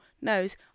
knows